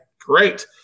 great